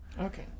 okay